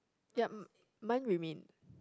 yup m~ mine remain